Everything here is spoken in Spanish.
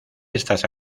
estas